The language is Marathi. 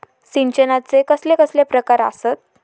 सिंचनाचे कसले कसले प्रकार आसत?